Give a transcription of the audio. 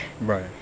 Right